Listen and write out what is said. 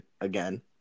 again